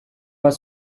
bat